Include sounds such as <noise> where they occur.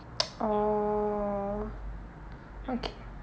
<noise> oh okay